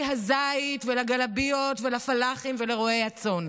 הזית ולגלביות ולפלחים ולרועי הצאן.